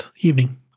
evening